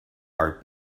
are